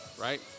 right